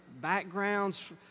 backgrounds